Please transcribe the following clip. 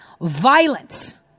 violence